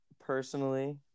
personally